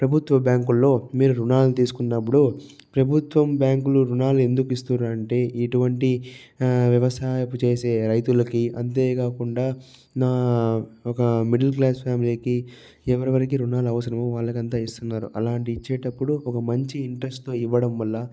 ప్రభుత్వ బ్యాంకుల్లో మీరు రుణాలు తీసుకున్నప్పుడు ప్రభుత్వం బ్యాంకులు రుణాలు ఎందుకు ఇస్తున్నారంటే ఇటువంటి వ్యవసాయం చేసే రైతులకు అంతేకాకుండా నా ఒక మిడిల్ క్లాస్ ఫ్యామిలీకి ఎవరెవరికి రుణాలు అవసరము వాళ్లకంతా ఇస్తున్నారు అలాంటి ఇచ్చేటప్పుడు ఒక మంచి ఇంట్రెస్ట్తో ఇవ్వడం వల్ల